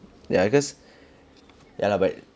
ya cause ya lah but